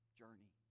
journey